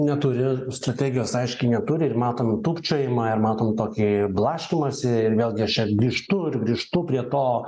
neturi strategijos aiškiai neturi ir matom tūpčiojimą ir matom tokį blaškymąsi ir vėlgi aš čia grįžtu ir grįžtu prie to